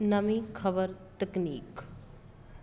ਨਵੀਂ ਖਬਰ ਤਕਨੀਕ